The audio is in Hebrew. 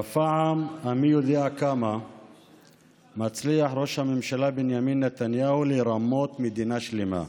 בפעם המי-יודע-כמה מצליח ראש הממשלה בנימין נתניהו לרמות מדינה שלמה.